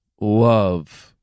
love